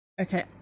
Okay